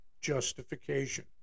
justification